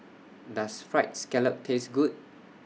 Does Fried Scallop Taste Good